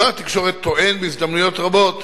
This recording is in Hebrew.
שר התקשורת טוען בהזדמנויות רבות